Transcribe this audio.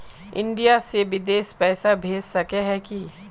India से बिदेश पैसा भेज सके है की?